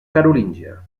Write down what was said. carolíngia